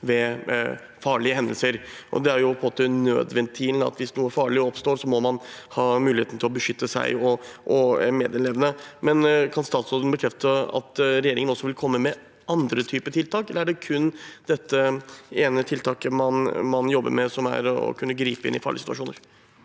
ved farlige hendelser. Det er på en måte nødventilen, at hvis noe farlig oppstår, må man ha mulighet til å beskytte seg og medelevene. Kan statsråden bekrefte at regjeringen også vil komme med andre tiltak, eller er det kun dette ene tiltaket man jobber med, som er å kunne gripe inn i farlige situasjoner?